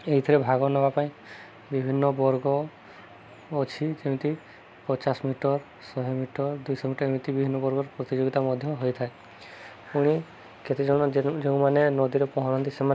ଏଇଥିରେ ଭାଗ ନେବା ପାଇଁ ବିଭିନ୍ନ ବର୍ଗ ଅଛି ଯେମିତି ପଚାଶ ମିଟର ଶହେ ମିଟର ଦୁଇଶହ ମିଟର ଏମିତି ବିଭିନ୍ନ ବର୍ଗର ପ୍ରତିଯୋଗିତା ମଧ୍ୟ ହୋଇଥାଏ ପୁଣି କେତେଜଣ ଯେଉଁମାନେ ନଦୀରେ ପହଁରନ୍ତି ସେମାନେ